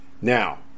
Now